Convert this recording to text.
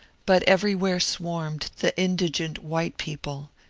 but everywhere swarmed the indigent white people,